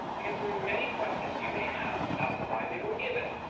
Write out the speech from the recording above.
answering many questions you may have about why they were given,